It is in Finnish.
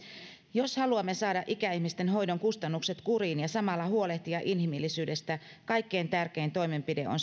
jos haluamme saada ikäihmisten hoidon kustannukset kuriin ja samalla huolehtia inhimillisyydestä kaikkein tärkein toimenpide on